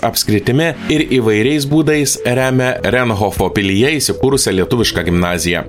apskritimi ir įvairiais būdais remia renhofo pilyje įsikūrusią lietuvišką gimnaziją